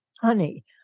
Honey